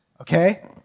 okay